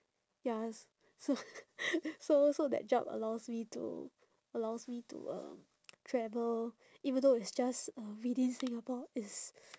ya s~ so so so that job allows me to allows me to um travel even though it's just uh within singapore it's